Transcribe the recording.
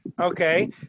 Okay